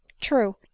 True